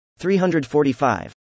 345